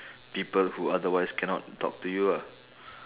people who otherwise cannot talk to you ah